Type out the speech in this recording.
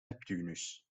neptunus